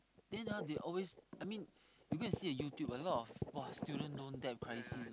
then ah they always I mean you go and see the YouTube a lot of !wah! student loan debt crisis